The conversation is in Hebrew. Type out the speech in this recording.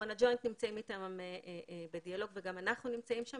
הג'וינט נמצאים איתם בדיאלוג וגם אנחנו נמצאים שם